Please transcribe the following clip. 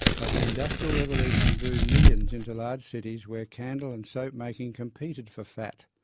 but the industrial revolution drew millions into large cities, where candle and soap making competed for fat,